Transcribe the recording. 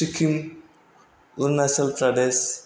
Sikkim Arunachal Pradesh